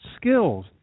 skills